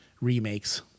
remakes